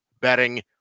betting